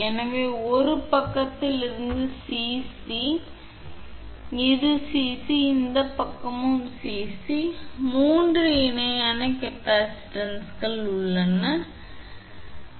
எனவே 1 இந்த பக்கத்திற்கு 𝐶𝑐 இது 𝐶𝑐 இது இந்த பக்கமும் 𝐶𝑐 சரி எனவே இந்த 3 இணையான கெப்பாசிட்டன்ஸ் உள்ளது சமன்பாடு 27